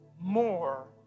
more